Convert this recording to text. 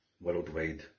worldwide